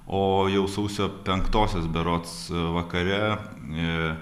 o jau sausio penktosios berods vakare